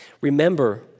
Remember